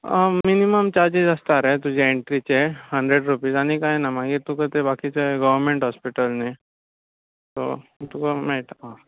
minimum charges आसता रे तुजे एण्ट्रीचे हंड्रेड रुपीज आनी कांय ना मागीर तुका ते बाकीचें गोवमँट हॉस्पिटल न्ही सो तुका मेळटा